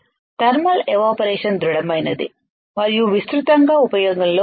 thermal evaporation ధృడమైనది మరియు విస్తృతంగా ఉపయోగంలో ఉంది